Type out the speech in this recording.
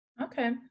Okay